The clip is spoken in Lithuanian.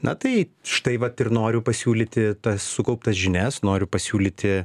na tai štai vat ir noriu pasiūlyti tas sukauptas žinias noriu pasiūlyti